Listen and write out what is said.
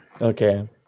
Okay